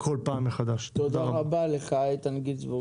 תודה רבה, איתן גינזבורג.